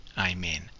Amen